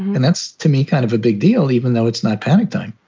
and that's to me kind of a big deal, even though it's not panic time.